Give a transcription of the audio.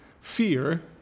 fear